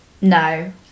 No